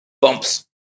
bumps